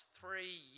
three